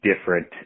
different